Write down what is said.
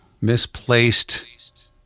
Misplaced